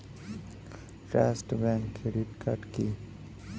Trust bank credit card কি?